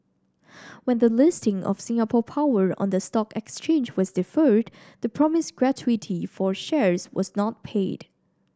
when the listing of Singapore Power on the stock exchange was deferred the promised gratuity for shares was not paid